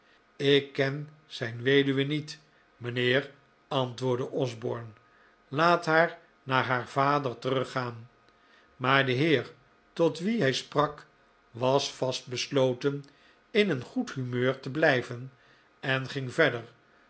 ik ken zijn weduwe niet mijnheer antwoordde osborne laat haar naar haar vader teruggaan maar de heer tot wien hij sprak was vast besloten in een goed humeur teblijven en ging verder